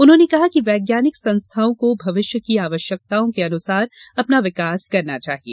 उन्होंने कहा कि वैज्ञानिक संस्थाओं को भविष्य की आवश्यकताओं के अनुसार अपना विकास करना चाहिए